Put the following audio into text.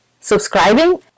subscribing